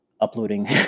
uploading